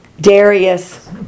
Darius